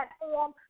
platform